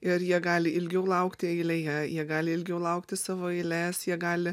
ir jie gali ilgiau laukti eilėje jie gali ilgiau laukti savo eilės jie gali